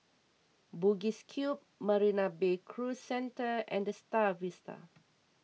Bugis Cube Marina Bay Cruise Centre and the Star Vista